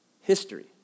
history